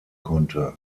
konnte